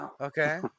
Okay